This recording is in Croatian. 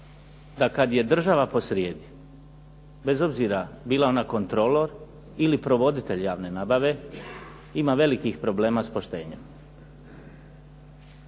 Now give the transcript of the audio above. da kada je država posrijedi bez obzira bila ona kontrolor ili provoditelj javne nabave, ima velikih problema s poštenjem.